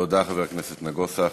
תודה, חבר הכנסת נגוסה.